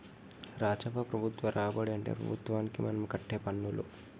రాజవ్వ ప్రభుత్వ రాబడి అంటే ప్రభుత్వానికి మనం కట్టే పన్నులు